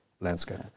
landscape